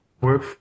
work